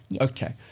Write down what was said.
Okay